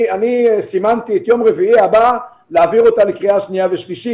אני סימנתי את יום רביעי הבא להעביר אותה לקריאה שנייה ושלישית.